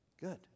Good